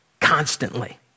constantly